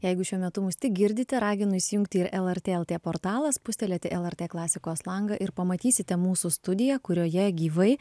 jeigu šiuo metu mus tik girdit ragino įsijungti ir lrt portalą spustelėti lrt klasikos langą ir pamatysite mūsų studiją kurioje gyvai